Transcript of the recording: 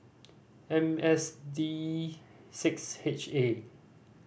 M S D six H A